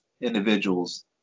individuals